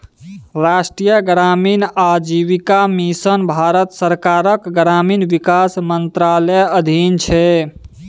राष्ट्रीय ग्रामीण आजीविका मिशन भारत सरकारक ग्रामीण विकास मंत्रालयक अधीन छै